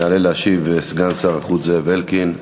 יעלה להשיב סגן שר החוץ זאב אלקין.